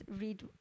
read